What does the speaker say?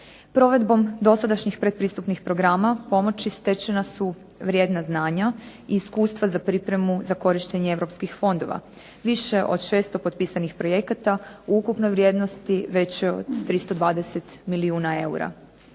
Provedbom dosadašnjih predpristupnih programa pomoći stečena su vrijedna znanja i iskustva za pripremu za korištenje europskih fondova, više od 600 potpisanih projekata u ukupnoj vrijednosti većoj od 320 milijuna eura,